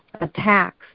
attacks